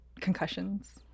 concussions